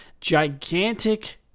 Gigantic